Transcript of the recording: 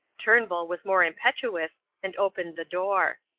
turnbull was more impetuous, and opened the door.